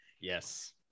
Yes